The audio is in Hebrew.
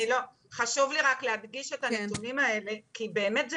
חשוב לי רק להדגיש את הנתונים האלה כי באמת,